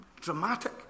Dramatic